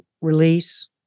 release